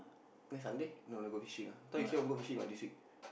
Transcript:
next Sunday no never go fishing ah thought you say want go fishing what this week